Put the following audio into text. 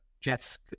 Jets